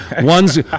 one's